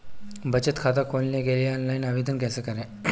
बचत खाता खोलने के लिए ऑनलाइन आवेदन कैसे करें?